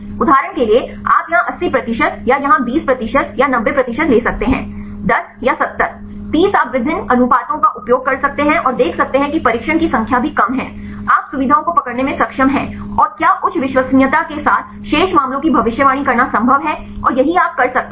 उदाहरण के लिए आप यहाँ 80 प्रतिशत या यहाँ 20 प्रतिशत या 90 प्रतिशत ले सकते हैं 10 या 70 30 आप विभिन्न अनुपातों का उपयोग कर सकते हैं और देख सकते हैं कि प्रशिक्षण की संख्या भी कम है आप सुविधाओं को पकड़ने में सक्षम हैं और क्या उच्च विश्वसनीयता के साथ शेष मामलों की भविष्यवाणी करना संभव है और यही आप कर सकते हैं